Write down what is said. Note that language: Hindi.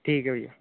ठीक है भइया